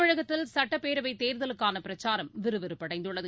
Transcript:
தமிழகத்தில் சட்டப்பேரவைதேர்தலுக்கானபிரச்சாரம் விறுவிறுப்படைந்துள்ளது